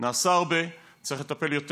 נעשה הרבה, צריך לטפל יותר,